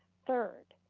third,